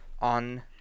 on